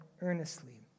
earnestly